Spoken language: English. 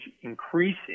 increasing